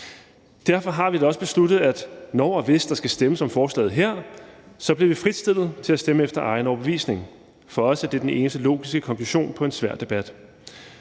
Derfor har vi da også besluttet, at når og hvis der skal stemmes om forslaget her, bliver vi fritstillet til at stemme efter egen overbevisning. For os er det den eneste logiske konklusion på en svær debat.